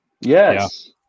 Yes